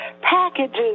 packages